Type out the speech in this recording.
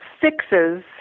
fixes